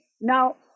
Now